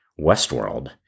Westworld